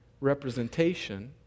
representation